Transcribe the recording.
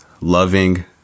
loving